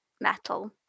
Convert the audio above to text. metal